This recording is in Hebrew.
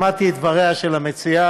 שמעתי את דבריה של המציעה,